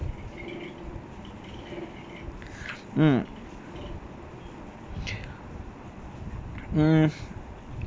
mm mm uh